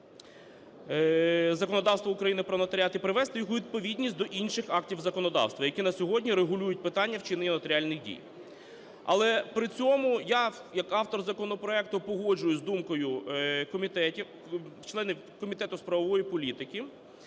законодавства України про нотаріат і привести їх у відповідність до інших актів законодавства, які на сьогодні регулюють питання вчинення нотаріальних дій. Але при цьому я як автор законопроекту погоджуюсь з думкою комітету, членів Комітету з правової політики,